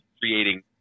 creating